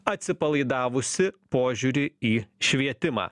atsipalaidavusį požiūrį į švietimą